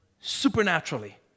supernaturally